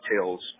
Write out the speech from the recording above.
details